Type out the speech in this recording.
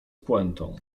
pointą